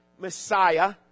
Messiah